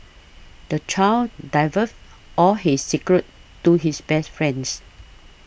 the child divulged all his secrets to his best friend